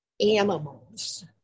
animals